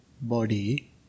body